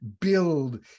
build